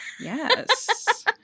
Yes